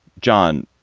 john,